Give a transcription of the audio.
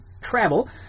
travel